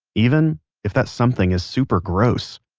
even if that something is super gross.